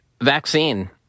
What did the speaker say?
vaccine